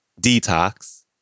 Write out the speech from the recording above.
Detox